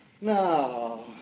no